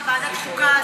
של ועדת חוקה,